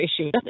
issue